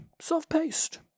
self-paced